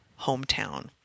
hometown